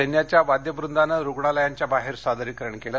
सैन्याच्या वाद्यवंदानं रुग्णालयांच्या बाहेर सादरीकरण केलं